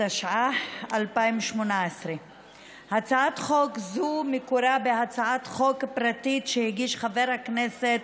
התשע"ח 2018. הצעת חוק זו מקורה בהצעת חוק פרטית שהגיש חבר הכנסת